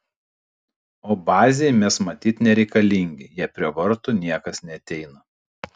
o bazei mes matyt nereikalingi jei prie vartų niekas neateina